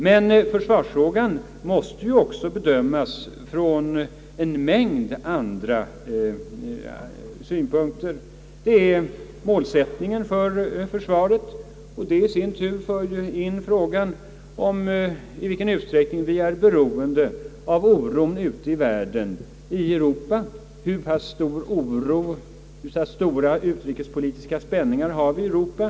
Men försvarsfrågan måste bedömas även från en mängd andra synpunkter, t.ex. samband med målsättningen för försvaret, vilket i sin tur för in på frågan i vilken utsträckning vi måste ta hänsyn till spänningarna ute i världen och då främst i Europa. Hur stor oro och hur stora utrikespolitiska spänningar har vi i Europa?